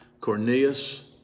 Cornelius